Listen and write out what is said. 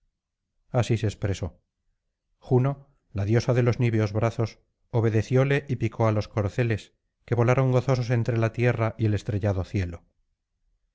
así se expresó juno la diosa de los niveos brazos obedecióle y picó á los corceles que volaron gozosos entre la tierra y el estrellado cielo